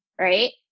right